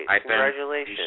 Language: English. Congratulations